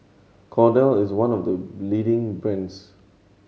Kordel is one of the leading brands